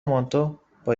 مانتو، با